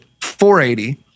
480